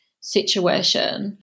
situation